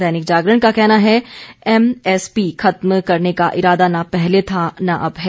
दैनिक जागरण का कहना है एमएसपी खत्म करने का इरादा न पहले था न अब है